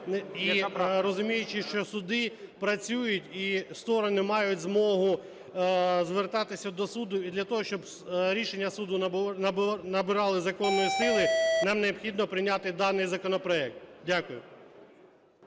і розуміючи, що суди працюють і сторони мають змогу звертатися до суду, і для того, щоб рішення суду набирали законної сили, нам необхідно прийняти даний законопроект. Дякую.